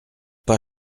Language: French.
pas